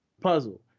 puzzle